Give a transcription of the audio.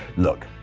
look,